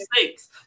six